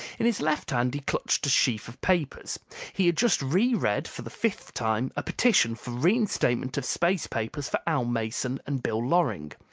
in his left hand he clutched a sheaf of papers he had just reread, for the fifth time, a petition for reinstatement of space papers for al mason and bill loring.